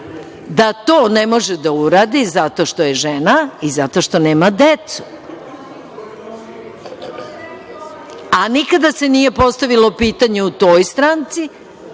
da to ne može da uradi zato što je žena i zato što nema decu. A nikada se nije postavilo pitanje u toj stranci,